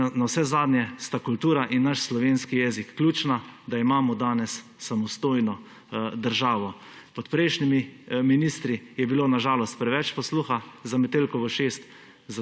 Navsezadnje sta kultura in naš slovenski jezik ključna, da imamo danes samostojno državo. Pod prejšnjimi ministri je bilo na žalost preveč posluha za Metelkovo 6,